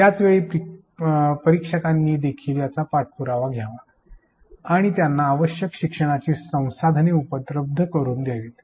त्याच वेळी प्रशिक्षकांनी देखील याचा पाठपुरावा घ्यावा आणि त्यांना आवश्यक शिक्षणाची संसाधने उपलब्ध करुन द्यावीत